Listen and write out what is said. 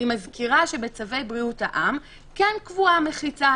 אני מזכירה שבצווי בריאות העם כן קבועה מחיצה